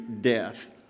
death